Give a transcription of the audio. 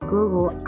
Google